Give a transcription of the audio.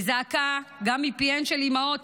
וזעקה גם מפיהן של אימהות,